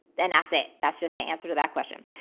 and that's it. that's just the answer to that question.